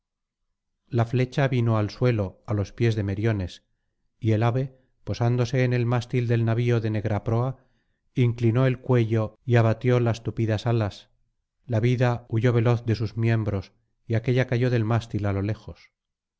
la flecha vino al suelo á los pies de meriones y el ave posándose en el mástil del navio de negra proa inclinó el cuello y abatió las tupidas alas la vida huyó veloz de sus miembros y aquélla cayó del mástil á lo lejos